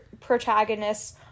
protagonists